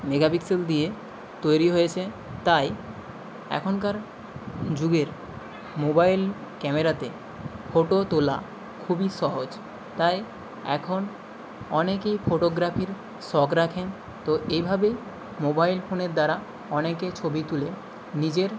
megapixel দিয়ে তৈরি হয়েছে তাই এখনকার যুগের মোবাইল ক্যামেরাতে ফোটো তোলা খুবই সহজ তাই এখন অনেকেই ফোটোগ্রাফির শক রাখে তো এভাবেই মোবাইল ফোনের দ্বারা অনেকে ছবি তুলে নিজের